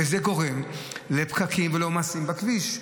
וזה גורם לפקקים ולעומסים בכביש.